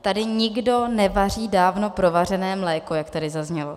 Tady nikdo nevaří dávno provařené mléko, jak tady zaznělo.